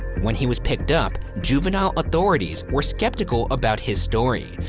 when he was picked up, juvenile authorities were skeptical about his story,